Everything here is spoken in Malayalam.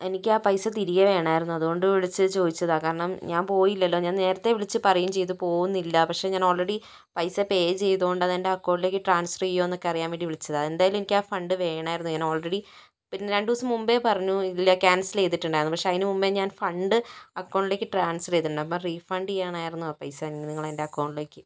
എനിക്ക് ആ പൈസ തിരികെ വേണമായിരുന്നു അതുകൊണ്ട് വിളിച്ച് ചോദിച്ചതാ കാരണം ഞാൻ പോയില്ലല്ലോ ഞാൻ നേരത്തെ വിളിച്ചു പറയുകയും ചെയ്തു പോവുന്നില്ല പക്ഷേ ഞാൻ ഓൾറെഡി പൈസ പേ ചെയ്തതുകൊണ്ട് അത് എൻ്റെ അക്കൗണ്ടിലേക്ക് ട്രാൻസ്ഫർ ചെയ്യുമോയെന്നൊക്കെ അറിയാൻ വേണ്ടി വിളിച്ചതാണ് എന്തായാലും എനിക്ക് ആ ഫണ്ട് വേണമായിരുന്നു ഞാൻ ഓൾറെഡി പിന്നെ രണ്ടു ദിവസം മുമ്പേ പറഞ്ഞു ഇല്ല ക്യാൻസൽ ചെയ്തിട്ടുണ്ടായിരുന്നു പക്ഷേ അതിനു മുമ്പേ ഞാൻ ഫണ്ട് അക്കൗണ്ടിലേക്ക് ട്രാൻസ്ഫർ ചെയ്തിട്ടുണ്ട് അപ്പോൾ റീഫണ്ട് ചെയ്യണമായിരുന്നു പൈസ ഇനി നിങ്ങള് എൻ്റെ അക്കൗണ്ടിലേക്ക്